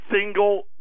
single